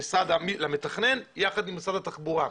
למתכנן יחד עם משרד התחבורה.